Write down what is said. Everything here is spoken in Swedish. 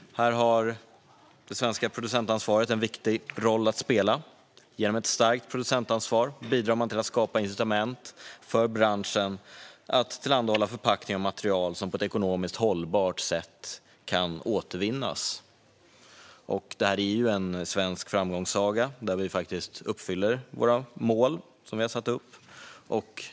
Här har det svenska producentansvaret en viktig roll att spela. Genom ett starkt producentansvar bidrar man till att skapa incitament för branschen att tillhandahålla förpackningar och material som på ett ekonomiskt hållbart sätt kan återvinnas. Detta är en svensk framgångssaga, där vi faktiskt uppfyller de mål vi har satt upp.